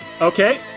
okay